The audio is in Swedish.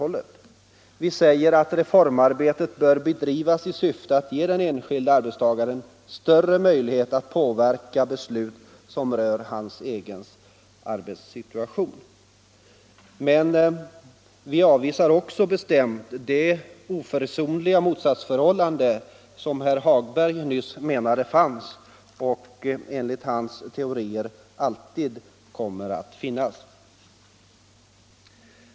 I reservationen sägs också att reformarbetet bör bedrivas i syfte att ge den enskilde arbetstagaren större möjlighet att påverka beslut som rör hans egen arbetssituation. Men folkpartiet avvisar bestämt talet om det oförsonliga motsatsförhållandet, som herr Hagberg i Borlänge nyss menade fanns och som enligt hans teorier alltid kommer att finnas.